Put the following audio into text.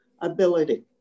ability